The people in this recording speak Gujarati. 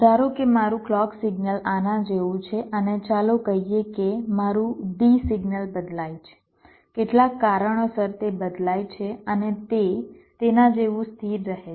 ધારો કે મારું ક્લૉક સિગ્નલ આના જેવું છે અને ચાલો કહીએ કે મારું D સિગ્નલ બદલાય છે કેટલાક કારણોસર તે બદલાય છે અને તે તેના જેવું સ્થિર રહે છે